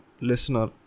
listener